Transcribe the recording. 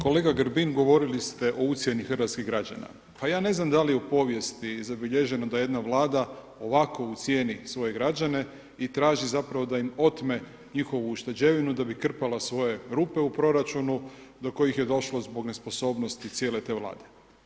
Kolega Grbin govorili ste o ucjeni hrvatskih građana. pa ja ne znam da li je u povijesti zabilježeno da jedna Vlada ovako ucijeni svoje građane i traži zapravo da im otme njihovu ušteđevinu da bi krpala svoje rupe u proračunu do kojih je došlo zbog nesposobnosti cijele te Vlade.